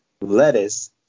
lettuce